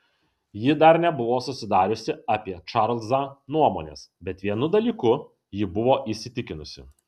ji dar nebuvo susidariusi apie čarlzą nuomonės bet vienu dalyku ji buvo įsitikinusi